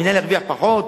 המינהל ירוויח פחות?